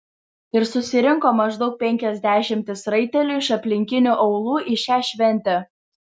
ir susirinko maždaug penkios dešimtys raitelių iš aplinkinių aūlų į šią šventę